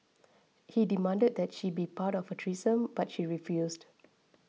he demanded that she be part of a threesome but she refused